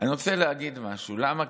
למה?